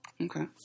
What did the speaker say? Okay